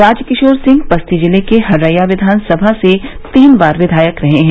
राजकिशोर सिंह बस्ती जिले की हरैया विधान सभा से तीन बार विधायक रहे हैं